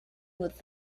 with